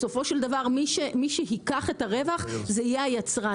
בסופו של דבר מי שייקח את הרווח זה יהיה היצרן